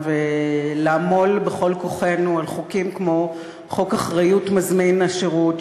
ולעמול בכל כוחנו על חוקים כמו חוק אחריות מזמין השירות,